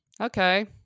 okay